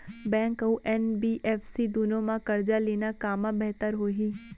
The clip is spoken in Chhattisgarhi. बैंक अऊ एन.बी.एफ.सी दूनो मा करजा लेना कामा बेहतर होही?